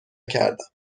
کردم